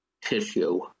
tissue